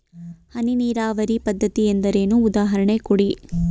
ಹನಿ ನೀರಾವರಿ ಪದ್ಧತಿ ಎಂದರೇನು, ಉದಾಹರಣೆ ಕೊಡಿ?